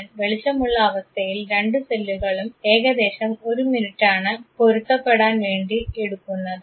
എന്നാൽ വെളിച്ചമുള്ള അവസ്ഥയിൽ രണ്ട് സെല്ലുകളും ഏകദേശം ഒരു മിനിറ്റാണ് പൊരുത്തപ്പെടാൻ വേണ്ടി എടുക്കുന്നത്